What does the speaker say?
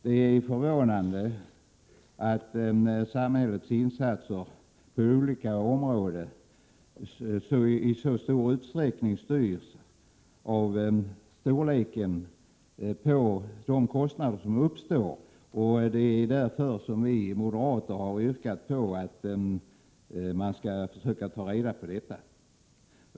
Det är förvånande att samhällets insatser på olika områden i så stor utsträckning styrs av storleken på de kostnader som uppstår. Vi moderater har därför yrkat att man skall utreda det.